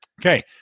Okay